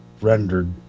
rendered